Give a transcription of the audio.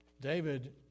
David